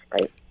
right